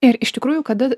ir iš tikrųjų kada